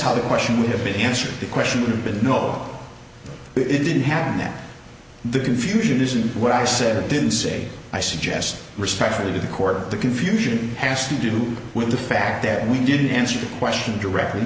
how the question would have been answered the question or been no it didn't happen that the confusion isn't what i said or didn't say i suggest respectfully to the court or the confusion has to do with the fact that we didn't answer the question directly